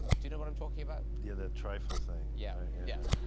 do you know what i'm talking about? yeah that trifle thing. yeah. yeah